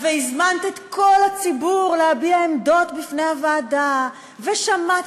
והזמנת את כל הציבור להביע עמדות בפני הוועדה ושמעת